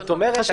זאת אומרת,